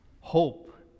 Hope